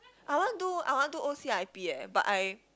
I want do I want do O_C_I_P eh but I